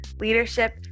leadership